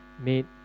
made